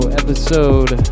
episode